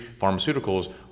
pharmaceuticals